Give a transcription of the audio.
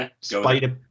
spider